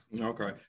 Okay